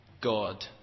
God